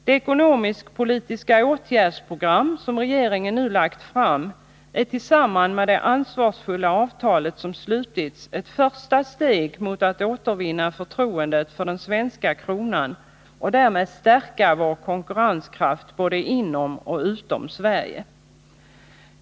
Det ekonomisk-politiska åtgärdsprogram som regeringen nu lagt fram är tillsammans med det ansvarsfulla avtalet som slutits ett första steg mot att återvinna förtroendet för den svenska kronan och därmed stärka vår konkurrenskraft både inom och utom Sverige.